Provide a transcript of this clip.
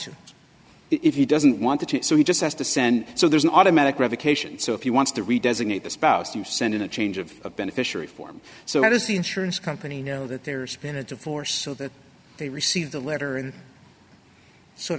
to if he doesn't want to so he just has to send so there's an automatic revocation so if you want to read designate the spouse to send in a change of beneficiary form so that is the insurance company know that there's been a divorce so that they receive the letter and sort